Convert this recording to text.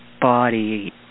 body